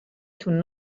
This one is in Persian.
توی